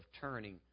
turning